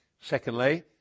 Secondly